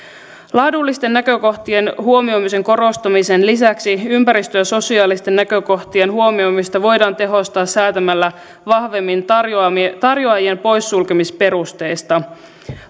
laadullisten näkökohtien huomioimisen korostamisen lisäksi ympäristö ja sosiaalisten näkökohtien huomioimista voidaan tehostaa säätämällä vahvemmin tarjoajien poissulkemisperusteista